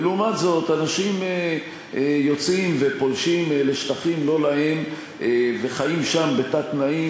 ולעומת זאת אנשים יוצאים ופולשים לשטחים לא-להם וחיים שם בתת-תנאים,